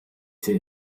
sehe